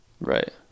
Right